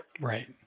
Right